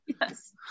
yes